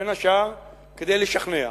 בין השאר כדי לשכנע.